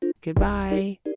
Goodbye